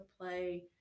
play